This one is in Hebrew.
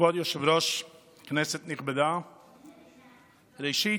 כבוד היושב-ראש, כנסת נכבדה, ראשית,